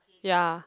ya